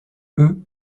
eux